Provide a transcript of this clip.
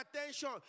attention